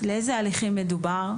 לאיזה הליכים מדובר?